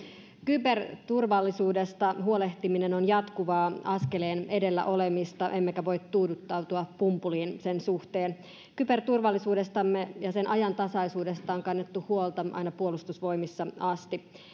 kyberturvallisuudesta huolehtiminen on jatkuvaa askeleen edellä olemista emmekä voi tuudittautua pumpuliin sen suhteen kyberturvallisuudestamme ja sen ajantasaisuudesta on kannettu huolta aina puolustusvoimissa asti